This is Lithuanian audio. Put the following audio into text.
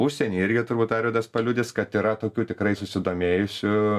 užsieny irgi turbūt arvydas paliudys kad yra tokių tikrai susidomėjusių